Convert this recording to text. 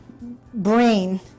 brain